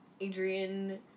Adrian